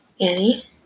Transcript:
Annie